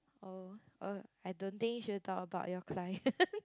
oh uh I don't think should talk about your client